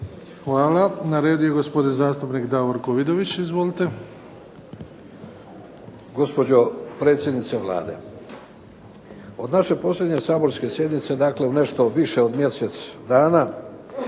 Hvala. Na redu je gospodin zastupnik Davorko Vidović. Izvolite. **Vidović, Davorko (SDP)** Gospođo predsjednice Vlade, od naše posljednje saborske sjednice, dakle nešto više od mjesec dana,